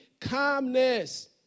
calmness